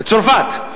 בצרפת,